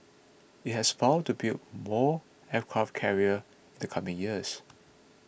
it has vowed to build more aircraft carrier in the coming years